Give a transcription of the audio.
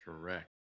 Correct